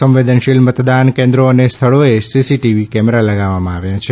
સંવેદનશીલ મતદાન કેન્દ્રો અને સ્થળોએ સીસીટીવી કેમેરા લગાવવામાં આવ્યા છે